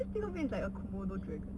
just think of it it's like komodo dragon